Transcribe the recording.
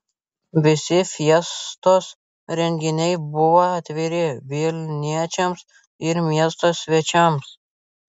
visi fiestos renginiai buvo atviri vilniečiams ir miesto svečiams